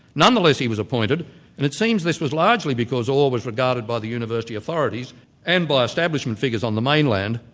nonetheless he was appointed, and it seems this was largely because orr was regarded by the university authorities and by establishment figures on the mainland,